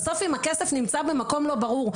בסוף אם הכסף נמצא במקום לא ברור,